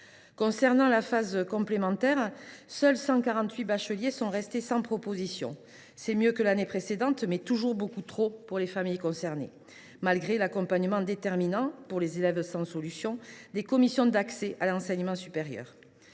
qui est de la phase complémentaire, seuls 148 bacheliers sont restés sans proposition. C’est mieux que l’année précédente, mais toujours beaucoup trop pour les familles concernées, et ce malgré l’accompagnement déterminant des élèves sans solution par des commissions d’accès à l’enseignement supérieur